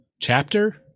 chapter